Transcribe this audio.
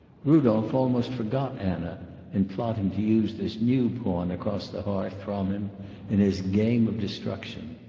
rudolph almost forgot anna in plotting to use this new pawn across the hearth from him in his game of destruction.